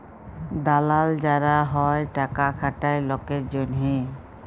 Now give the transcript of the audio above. দালাল যারা হ্যয় টাকা খাটায় লকের জনহে